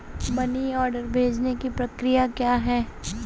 Money order भेजने की प्रक्रिया क्या है?